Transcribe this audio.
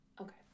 Okay